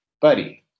buddy